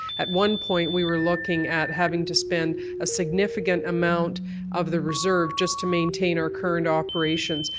at one point, we were looking at having to spend a significant amount of the reserve just to maintain our current operations,